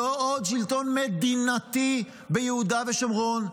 לא עוד שלטון מדינתי ביהודה ושומרון,